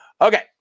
Okay